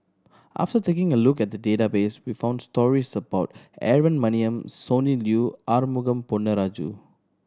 after taking a look at the database we found stories about Aaron Maniam Sonny Liew Arumugam Ponnu Rajah